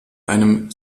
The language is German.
einem